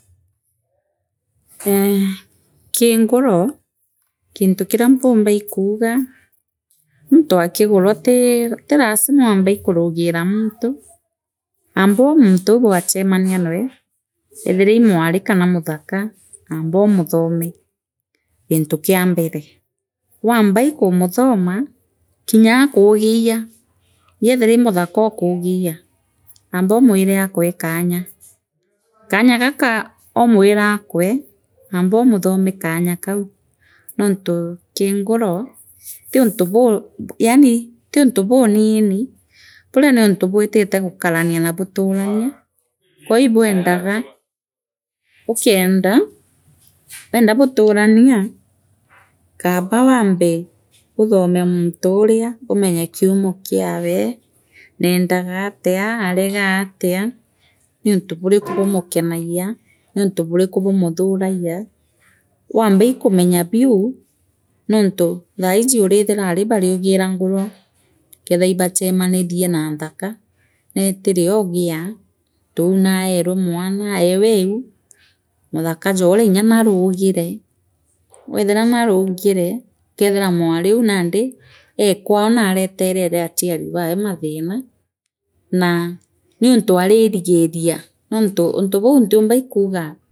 Ee ki nguro gintu kiria mpumba ikuuga muntu akigurwa ti la ti lasima waambe ikorugira muntu aamba muntu bwachemania nwee eethira ii mwari kana muthaka aambo muthome gintu kia mbele waamba ii kumuthoma kinya akugiyia ngeethira ii muthakokugiyia aambomwire akwee koanya kaanya gaka omwira akwee aambomuthome kanya kau noontu kii nguro ti untu buu yaani tiuntu buunini buna niuntu bwitite gukarania na buturania kwou ibwendaga ukenda wenda buturania Kaaba waambe uthome munturia umenya kiumo kiawe neendagatia angaa atia niuntu buriku bumukenagia niuntu buriku bumuthuragia waamba ii kumenya biu nontu thaiiji uriithira aari bariugiira nguro ukethira iibachemanine na nthaka neetiri oogia tuu naerwa mwana aewa eu muthaka jooria nya naarugire weethira naarugire ukathira mwariuu nandi ee kwao naanetenere achiari bawe maathira naa niuntu ariingiria nontu u untu buu ntiumba ikuuga.